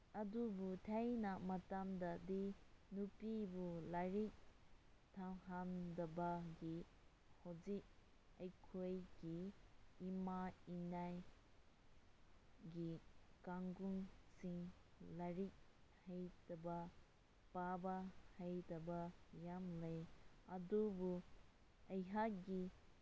ꯑꯗꯨꯕꯨ ꯊꯥꯏꯅ ꯃꯇꯝꯗꯗꯤ ꯅꯨꯄꯤꯕꯨ ꯂꯥꯏꯔꯤꯛ ꯇꯝꯍꯟꯗꯕꯒꯤ ꯍꯧꯖꯤꯛ ꯑꯩꯈꯣꯏꯒꯤ ꯏꯃꯥ ꯏꯅꯦ ꯒꯤ ꯀꯥꯡꯕꯨꯁꯤꯡ ꯂꯥꯏꯔꯤꯛ ꯍꯩꯇꯕ ꯄꯥꯕ ꯍꯩꯇꯕ ꯌꯥꯝ ꯂꯩ ꯑꯗꯨꯕꯨ ꯑꯩꯍꯥꯛꯀꯤ